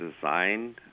designed